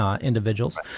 individuals